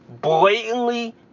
blatantly